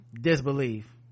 Disbelief